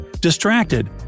Distracted